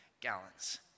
gallons